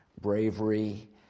bravery